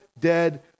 dead